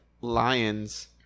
lions